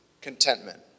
contentment